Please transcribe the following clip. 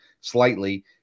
slightly